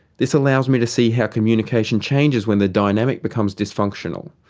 this allows me to see how communication changes when the dynamic becomes dysfunctional,